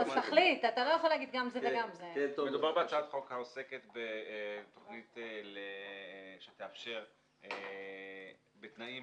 מדובר בהצעת חוק העוסקת בתכנית שתאפשר בתנאים